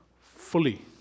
fully